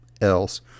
else